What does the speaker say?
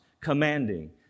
commanding